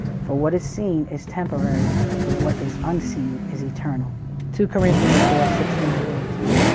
for what is seen is temporary but, what is unseen is eternal two corinthians four sixteen two eighteen?